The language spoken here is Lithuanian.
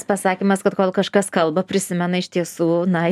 pasakymas kad kol kažkas kalba prisimena iš tiesų na